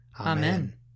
Amen